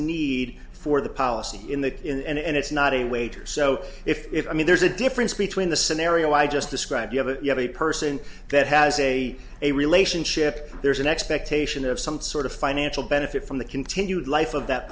need for the policy in the inn and it's not a wager so if i mean there's a difference between the scenario i just described you have it you have a person that has a a relationship there's an expectation of some sort of financial benefit from the continued life of that